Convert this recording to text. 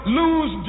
lose